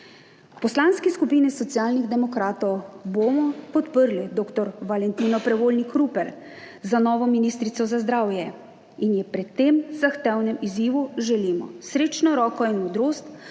poslanski skupini Socialnih demokratov bomo podprli dr. Valentino Prevolnik Rupel za novo ministrico za zdravje in ji pred tem zahtevnem izzivu želimo srečno roko in modrost,